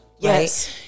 Yes